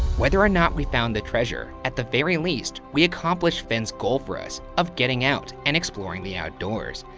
whether or not we found the treasure, at the very least, we accomplished fenn's goal for us, of getting out and exploring the outdoors.